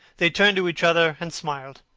they turned to each other and smiled.